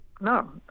No